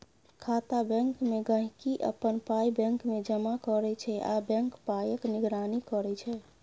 खाता बैंकमे गांहिकी अपन पाइ बैंकमे जमा करै छै आ बैंक पाइक निगरानी करै छै